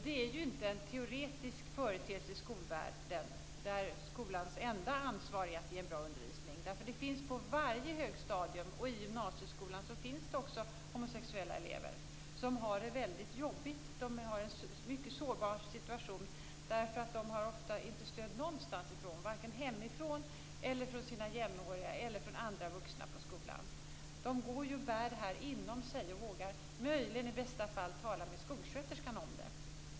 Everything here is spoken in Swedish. Det är ju inte en teoretisk företeelse i skolvärlden där skolans enda ansvar är att ge en bra undervisning. På varje högstadium och i gymnasieskolan finns det homosexuella elever som har det väldigt jobbigt. De har en mycket sårbar situation, eftersom de inte har stöd någonstans ifrån, vare sig hemifrån, från sina jämnåriga eller från andra vuxna på skolan. De går och bär detta inom sig och vågar möjligen i bästa fall tala med skolsköterskan.